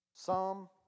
Psalm